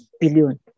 billion